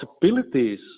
possibilities